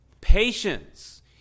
patience